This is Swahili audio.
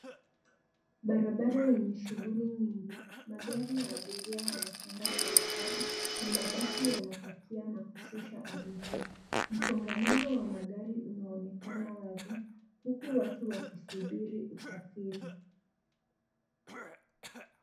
Barabara yenye shughuli nyingi. Magari ya abiria yanasonga pole pole, na mabasi yanapakia na kushusha abiria. Msongamano wa magari unaonekana wazi, huku watu wakisubiri usafiri.